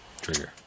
Trigger